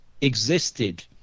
existed